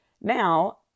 Now